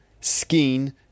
skein